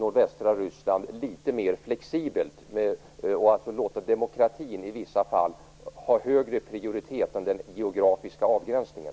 Ryssland litet mer flexibelt och i vissa fall ge demokratin högre prioritet än den geografiska avgränsningen.